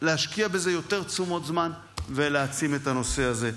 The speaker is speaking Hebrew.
להשקיע בזה יותר תשומות זמן ולהעצים את הנושא הזה.